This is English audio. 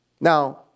Now